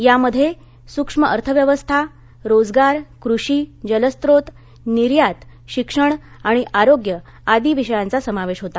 यामध्ये सूक्ष्म अर्थव्यवस्था रोजगार कृषी जलस्रोत निर्यात शिक्षण आणि आरोग्य आदी विषयांचा समावेश होता